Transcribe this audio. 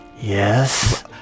Yes